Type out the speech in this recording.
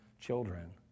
children